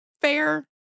fair